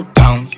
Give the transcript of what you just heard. down